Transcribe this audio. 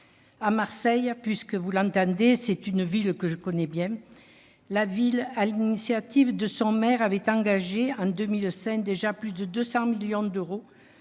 À Marseille- et vous l'entendez, c'est une ville que je connais bien -, la ville, sur l'initiative de son maire, avait engagé, en 2005 déjà, plus de 200 millions d'euros,